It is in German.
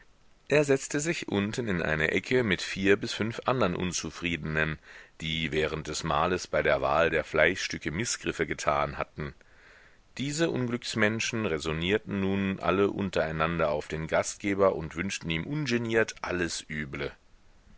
er setzte sich unten in eine ecke mir vier bis fünf andern unzufriedenen die während des mahles bei der wahl der fleischstücke mißgriffe getan hatten diese unglücksmenschen räsonierten nun alle untereinander auf den gastgeber und wünschten ihm ungeniert alles üble